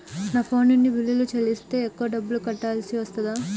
నా ఫోన్ నుండి బిల్లులు చెల్లిస్తే ఎక్కువ డబ్బులు కట్టాల్సి వస్తదా?